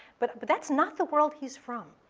but but that's not the world he's from.